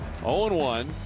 0-1